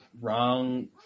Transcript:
Wrong